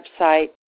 website